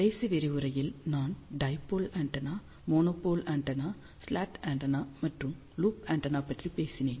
கடைசி விரிவுரையில் நான் dipole antenna monopole antenna slot antenna மற்றும் லூப் ஆண்டெனா பற்றி பேசினேன்